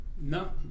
No